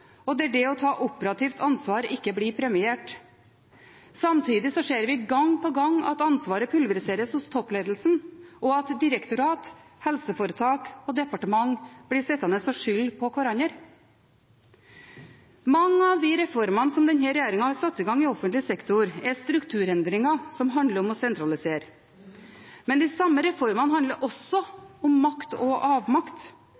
oppmuntret, og der det å ta operativt ansvar ikke blir premiert. Samtidig ser vi gang på gang at ansvaret pulveriseres hos toppledelsen, og at direktorater, helseforetak og departementer blir sittende og skylde på hverandre. Mange av de reformene som denne regjeringen har satt i gang i offentlig sektor, er strukturendringer som handler om å sentralisere. Men de samme reformene handler